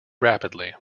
rapidly